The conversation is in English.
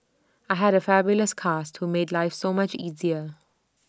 I had A fabulous cast who made life so much easier